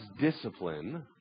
discipline